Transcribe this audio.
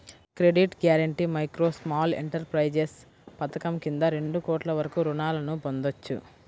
credit guarantee micro, small enterprises పథకం కింద రెండు కోట్ల వరకు రుణాలను పొందొచ్చు